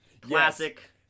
classic